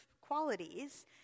qualities